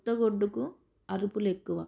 కొత్తగొడ్డుకు అరుపులు ఎక్కువ